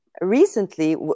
recently